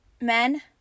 men